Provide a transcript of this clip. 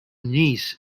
knees